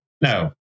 no